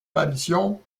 parutions